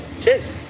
Cheers